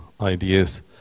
ideas